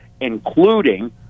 including